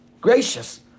gracious